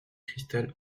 cristal